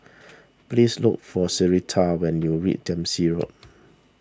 please look for Sarita when you read Dempsey Road